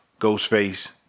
Ghostface